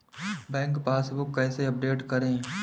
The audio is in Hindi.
बैंक पासबुक कैसे अपडेट करें?